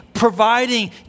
providing